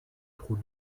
trot